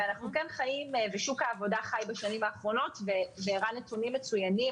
שוק העבודה חי בשנים האחרונות והראה נתונים מצוינים,